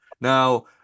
now